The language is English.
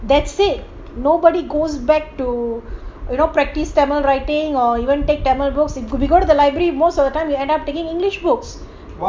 that said nobody goes back to you know practice tamil writing or even take tamil books you could you go to the library most of the time you end up taking english books